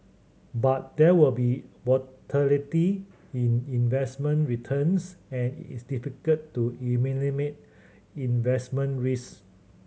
but there will be in investment returns and it is difficult to eliminate investment risk